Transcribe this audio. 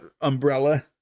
umbrella